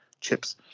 chips